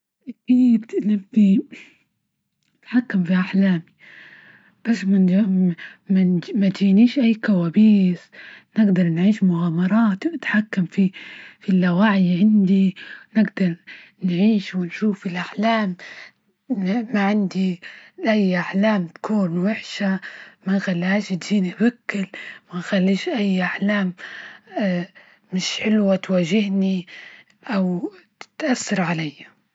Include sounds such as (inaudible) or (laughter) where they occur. اكيد نبغي (hesitation) أتحكم باحلامي، بس من (hesitation) ما تجينيش أي كوابيس، نجدر نعيش مغامرات ونتحكم في-في اللاوعي عندي، نجدر نعيش ونشوف الإحلام، ما عندي أي أحلام تكون وحشة ما خليهاش تجيني هكي ما اخليش اي احلام (hesitation) مش حلوة تواجهني أو تأثر علي.